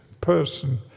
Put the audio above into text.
person